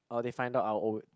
orh they find out our own